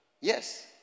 Yes